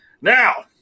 Now